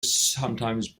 sometimes